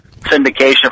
syndication